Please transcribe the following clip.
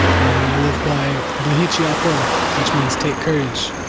and i live by blihic'iyapo, which means take courage.